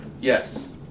yes